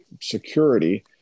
security